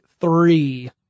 three